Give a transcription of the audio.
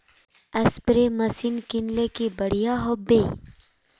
Spray machine किनले की बढ़िया होबवे?